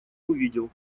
увидел